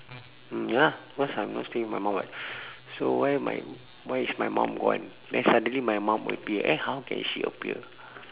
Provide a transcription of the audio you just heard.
uh ya cause I'm not staying with my mom [what] so why my why is my mom gone then suddenly my mum with me eh how can she appear